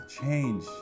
change